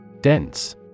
Dense